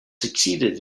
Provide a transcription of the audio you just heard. succeeded